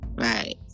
right